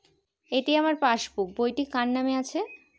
এটি আমার পাসবুক বইটি কার নামে আছে?